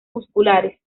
musculares